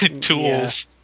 tools